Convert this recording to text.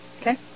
Okay